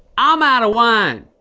um outta wine.